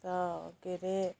अन्त के अरे